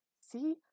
See